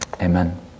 amen